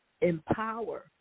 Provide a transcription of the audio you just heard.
empower